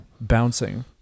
bouncing